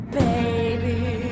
baby